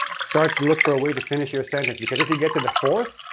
start to look for a way to finish your sentence, because if you get to the fourth,